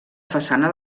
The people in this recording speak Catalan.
façana